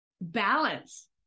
Balance